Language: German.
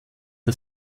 der